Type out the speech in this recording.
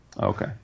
Okay